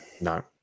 No